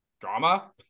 drama